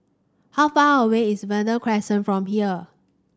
how far away is Verde Crescent from here